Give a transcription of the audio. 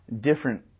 different